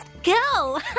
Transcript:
Go